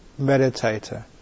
meditator